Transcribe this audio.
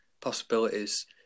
possibilities